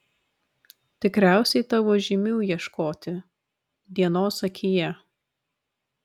tikriausiai tavo žymių ieškoti dienos akyje